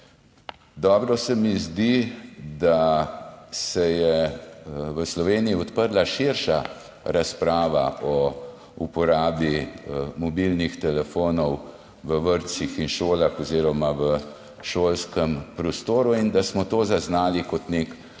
Dobro se mi zdi, da se je v Sloveniji odprla širša razprava o uporabi mobilnih telefonov v vrtcih in šolah oziroma v šolskem prostoru in da smo to zaznali kot nek